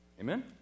Amen